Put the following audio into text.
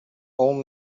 old